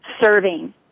serving